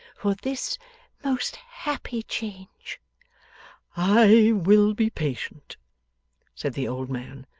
for this most happy change i will be patient said the old man,